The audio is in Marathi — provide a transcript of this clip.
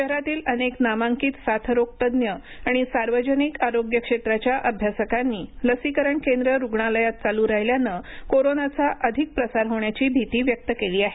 शहरातील अनेक नामांकित साथरोग तज्ज्ञ आणि सार्वजनिक आरोग्य क्षेत्राच्या अभ्यासकांनी लसीकरण केंद्र रुग्णालयात चालू राहिल्यानं कोरोनाचा अधिक प्रसार होण्याची भीती व्यक्त केली आहे